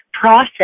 process